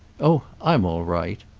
oh i'm all right!